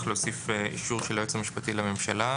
להוסיף אישור של היועץ המשפטי לממשלה.